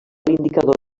indicador